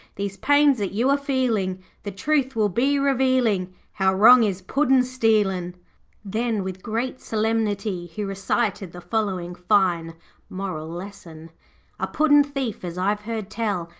these pains that you are feeling the truth will be revealing how wrong is puddin'-stealing then, with great solemnity, he recited the following fine moral lesson a puddin'-thief, as i've heard tell,